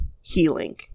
healing